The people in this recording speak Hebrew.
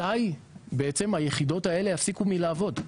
מתי היחידות האלו יפסיקו מלעבוד.